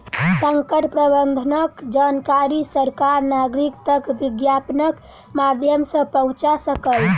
संकट प्रबंधनक जानकारी सरकार नागरिक तक विज्ञापनक माध्यम सॅ पहुंचा सकल